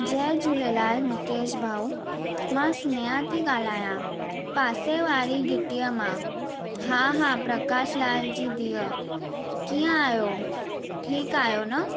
जय झूलेलाल मुकेश भाउ मां स्नेहा थी ॻाल्हायां पासे वारी ॻिटीअ मां हा हा प्रकाश लाल जी धीअ कीअं आहियो ठीकु आहियो न